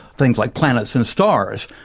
things like planets and stars.